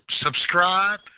subscribe